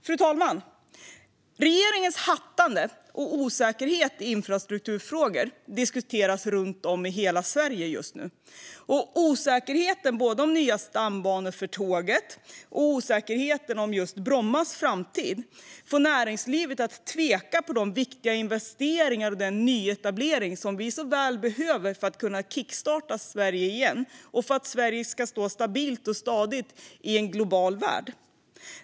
Fru talman! Regeringens hattande och osäkerhet i infrastrukturfrågor diskuteras runt om i hela Sverige, och osäkerheten både kring nya stambanor för tåget och kring Brommas framtid får näringslivet att tveka om de viktiga investeringar och den nyetablering som vi så väl behöver för att kunna kickstarta Sverige igen och för att Sverige ska stå stabilt och stadigt i en global värld.